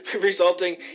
resulting